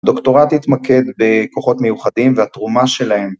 דוקטורט יתמקד בכוחות מיוחדים והתרומה שלהם.